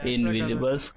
Invisible